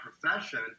profession